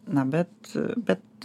na bet bet